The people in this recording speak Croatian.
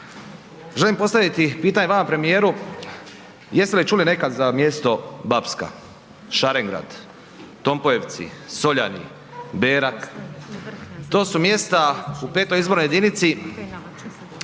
Želim postaviti pitanje vama premijeru, jeste li čuli nekad za mjesto Bapska? Šarengrad? Tompojevci? Soljani? Berak? To su mjesta u V. izbornoj jedinici